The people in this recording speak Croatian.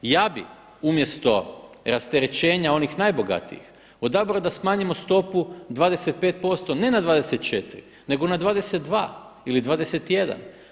Ja bih umjesto rasterećenja onih najbogatijih odabrao da smanjimo stopu 25% ne na 24 nego na 22 ili 21.